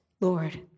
Lord